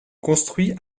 construit